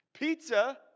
Pizza